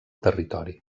territori